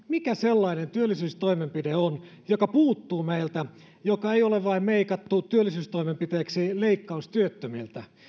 mikä sellainen työllisyystoimenpide on joka puuttuu meiltä joka ei ole vain meikattu työllisyystoimenpiteeksi eli on leikkaus työttömiltä